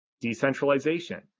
decentralization